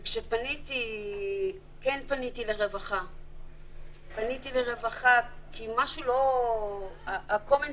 וכשכן פניתי לרווחה כי משהו בהיגיון